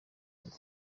ngo